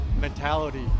mentality